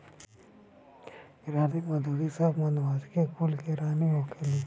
रानी मधुमक्खी सब मधुमक्खी कुल के रानी होखेली